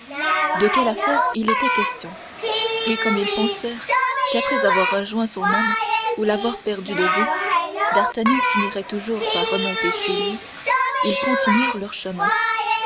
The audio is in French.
de quelle affaire il était question et comme ils pensèrent qu'après avoir rejoint son homme ou l'avoir perdu de vue d'artagnan finirait toujours par remonter chez lui ils continuèrent leur chemin